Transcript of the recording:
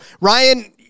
Ryan